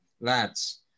Lads